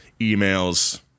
emails